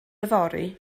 yfory